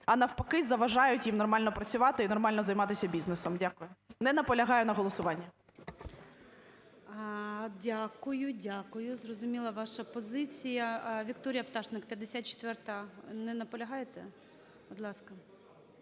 а, навпаки, заважають їм нормально працювати і нормально займатися бізнесом. Дякую. Не наполягаю на голосуванні. ГОЛОВУЮЧИЙ. Дякую. Дякую. Зрозуміла ваша позиція. Вікторія Пташник, 54-а. Не наполягаєте? Будь ласка.